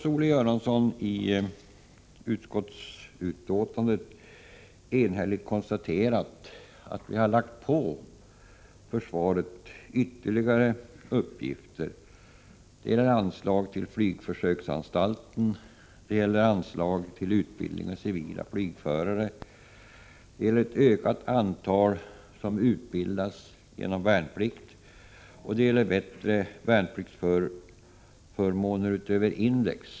Som Olle Göransson säger konstateras enhälligt i utskottsbetänkandet att man har lagt på försvaret ytterligare uppgifter. Det gäller anslag till flygtekniska försöksanstalten och anslag till utbildning av civila flygförare. Det gäller ett ökat antal som utbildas genom värnplikten och det gäller bättre värnpliktsförmåner, utöver index.